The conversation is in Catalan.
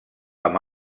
amb